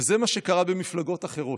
וזה מה שקרה במפלגות אחרות.